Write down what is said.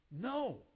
No